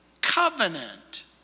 covenant